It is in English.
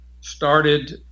started